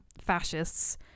fascists